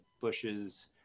bushes